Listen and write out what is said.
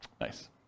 Nice